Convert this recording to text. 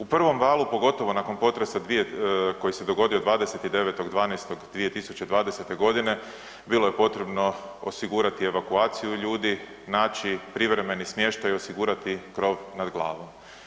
U prvom valu, pogotovo nakon potresa koji se dogodio 29.12.2020. godine bilo je potrebno osigurati evakuaciju ljudi, naći privremeni smještaj i osigurati krov nad glavom.